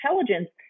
intelligence